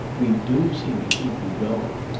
we do seem to keep you going.